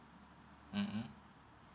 mmhmm